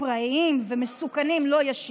הוא פיקוח ירוד,